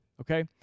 okay